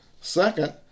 Second